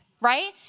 right